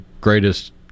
greatest